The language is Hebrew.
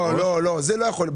לא, לא, זה לא יכול להיות.